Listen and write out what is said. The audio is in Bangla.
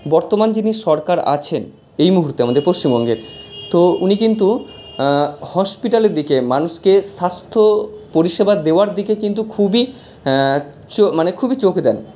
বর্তমান যিনি সরকার আছেন এই মুহুর্তে আমাদের পশ্চিমবঙ্গের তো উনি কিন্তু হসপিটালের দিকে মানুষকে স্বাস্থ্য পরিষেবা দেওয়ার দিকে কিন্তু খুবই মানে খুবই চোখে দেন